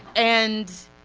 and,